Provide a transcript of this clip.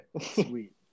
Sweet